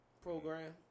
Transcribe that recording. program